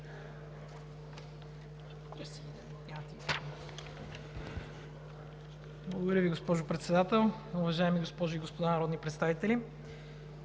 Благодаря Ви, госпожо Председател. Уважаеми госпожи и господа народни представители!